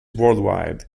worldwide